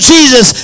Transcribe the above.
Jesus